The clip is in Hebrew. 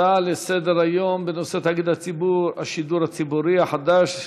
הצעה לסדר-היום בנושא תאגיד השידור הציבורי החדש,